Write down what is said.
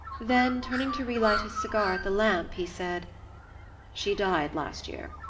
then, turning to relight his cigar at the lamp, he said she died last year,